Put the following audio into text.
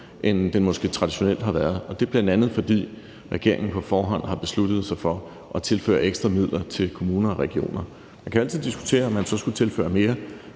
end den måske traditionelt har været. Det er, bl.a. fordi regeringen på forhånd har besluttet sig for at tilføre ekstra midler til kommuner og regioner. Man kan altid diskutere, om man så skulle tilføre mere,